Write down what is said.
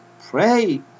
pray